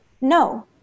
No